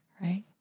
right